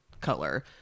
color